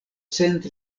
cent